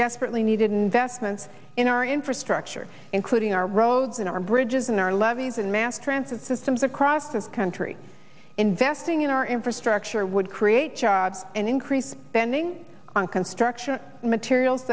desperately needed investments in our infrastructure including our roads and our bridges and our levees and mass transit systems across this country investing in our infrastructure would create jobs and increase spending on construction materials